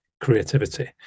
creativity